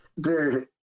Dude